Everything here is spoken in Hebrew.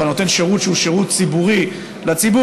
אבל נותן שירות שהוא שירות ציבורי לציבור.